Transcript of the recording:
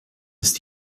ist